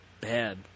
Bad